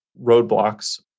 roadblocks